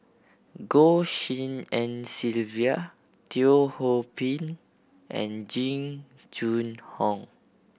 Goh Tshin En Sylvia Teo Ho Pin and Jing Jun Hong